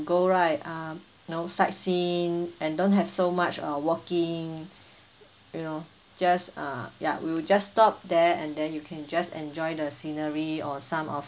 go right um you know sightseeing and don't have so much of walking you know just uh ya we will just stop there and then you can just enjoy the scenery or some of